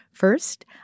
First